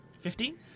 Fifteen